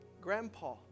Grandpa